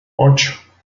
ocho